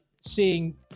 seeing